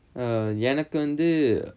err எனக்கு வந்து:enakku vanthu